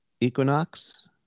equinox